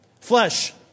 flesh